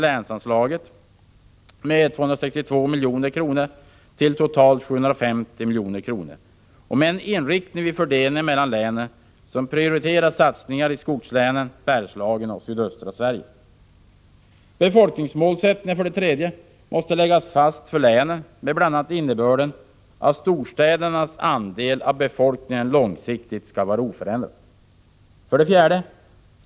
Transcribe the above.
länsanslaget med 262 milj.kr. till totalt 750 milj.kr. och med en inriktning vid fördelningen mellan länen som prioriterar satsningar i skogslänen, Bergslagen och sydöstra Sverige. 3. Befolkningsmålsättningar måste läggas fast för länen med bl.a. innebörden att storstädernas andel av befolkningen långsiktigt skall vara oförändrad. 4.